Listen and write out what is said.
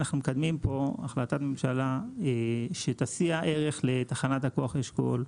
אנחנו מקדמים החלטת ממשלה שתשיא ערך לתחנת הכוח אשכול,